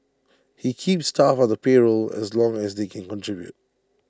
he keeps staff on the payroll as long as they can contribute